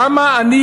למה אני,